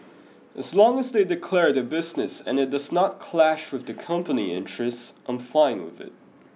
as long as they declare their business and it does not clash with the company interests I'm fine with it